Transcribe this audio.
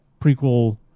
prequel